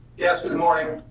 yes, good morning.